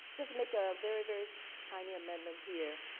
just make a very, very tiny amendment here.